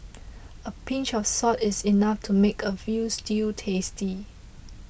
a pinch of salt is enough to make a Veal Stew tasty